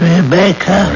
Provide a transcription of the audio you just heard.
Rebecca